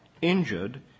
injured